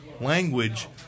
language